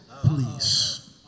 please